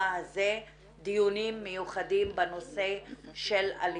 הזה דיונים מיוחדים בנושא של אלימות.